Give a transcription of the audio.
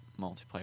multiplayer